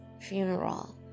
funeral